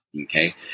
Okay